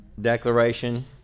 Declaration